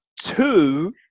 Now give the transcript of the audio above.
two